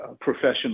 professional